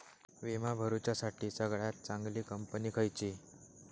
विमा भरुच्यासाठी सगळयात चागंली कंपनी खयची?